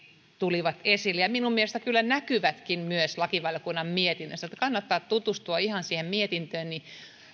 tulivat esille ja minun mielestäni kyllä näkyvätkin myös lakivaliokunnan mietinnössä kannattaa tutustua ihan siihen mietintöön silloin